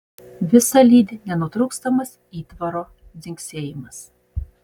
visa lydi nenutrūkstamas įtvaro dzingsėjimas